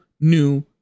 new